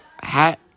hat